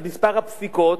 על מספר הפסיקות,